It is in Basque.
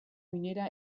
oinera